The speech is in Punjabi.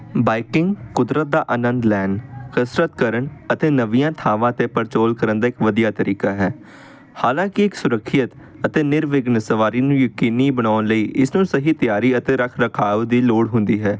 ਬਾਈਕਿੰਗ ਕੁਦਰਤ ਦਾ ਆਨੰਦ ਲੈਣ ਕਸਰਤ ਕਰਨ ਅਤੇ ਨਵੀਆਂ ਥਾਵਾਂ 'ਤੇ ਪੜਚੋਲ ਕਰਨ ਦਾ ਇੱਕ ਵਧੀਆ ਤਰੀਕਾ ਹੈ ਹਾਲਾਂਕਿ ਇੱਕ ਸੁਰੱਖਿਅਤ ਅਤੇ ਨਿਰਵਿਘਨ ਸਵਾਰੀ ਨੂੰ ਯਕੀਨੀ ਬਣਾਉਣ ਲਈ ਇਸ ਨੂੰ ਸਹੀ ਤਿਆਰੀ ਅਤੇ ਰੱਖ ਰਖਾਵ ਦੀ ਲੋੜ ਹੁੰਦੀ ਹੈ